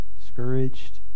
Discouraged